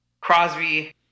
Crosby